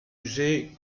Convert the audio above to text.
usées